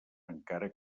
encara